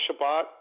Shabbat